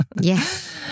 Yes